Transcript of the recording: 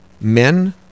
men